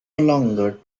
longer